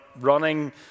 running